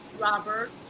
Robert